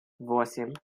восемь